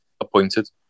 appointed